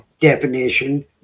definition